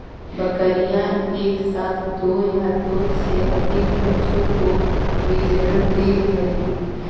बकरियाँ एक साथ दो या दो से अधिक बच्चों को भी जन्म दे हई